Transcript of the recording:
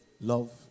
Love